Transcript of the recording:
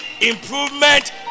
improvement